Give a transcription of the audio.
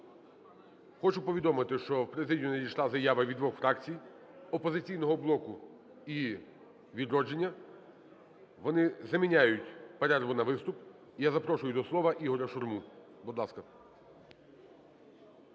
хочу повідомити, що в президію надійшла заява від двох фракцій: "Опозиційного блоку" і "Відродження". Вони заміняють перерву на виступ. Я запрошую до слова Ігоря Шурму. Будь ласка.